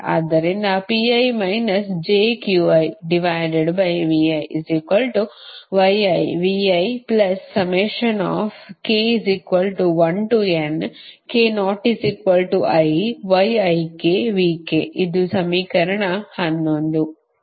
ಆದ್ದರಿಂದ ಇದು ಸಮೀಕರಣ 11